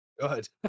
good